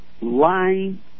lying